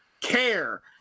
care